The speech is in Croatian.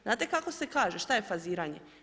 Znate kak se kaže, šta je faziranje?